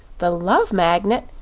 the love magnet!